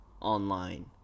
online